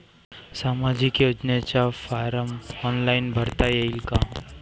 सामाजिक योजनेचा form online भरता येईन का?